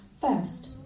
first